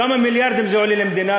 כמה מיליארדים זה עולה למדינה,